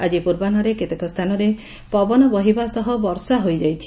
ଆଜି ପୂର୍ବାହ୍ନରେ କେତେକ ସ୍ଥାନରେ ପବନ ବହିବା ସହ ବର୍ଷା ହୋଇଯାଇଛି